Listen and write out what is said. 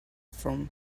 from